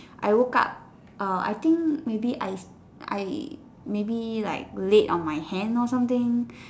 I woke up uh I think maybe I I maybe laid on my hand or something